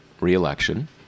re-election